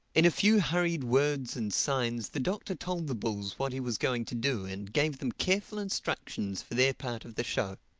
in a few hurried words and signs the doctor told the bulls what he was going to do and gave them careful instructions for their part of the show.